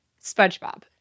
SpongeBob